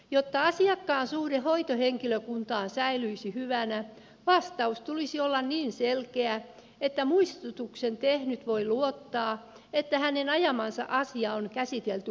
jotta asiakkaan suhde hoitohenkilökuntaan säilyisi hyvänä vastauksen tulisi olla niin selkeä että muistutuksen tehnyt voi luottaa että hänen ajamansa asia on käsitelty oikeudenmukaisesti